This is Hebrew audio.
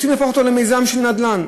רוצים להפוך למיזם של נדל"ן.